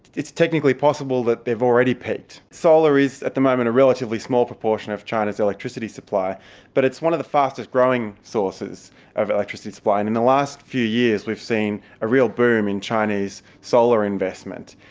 it's technically possible that they've already peaked. solar is at the moment a relatively small proportion of china's electricity supply but it's one of the fastest growing sources of electricity supply. in in the last few years we've seen a real boom in chinese solar investment,